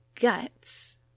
guts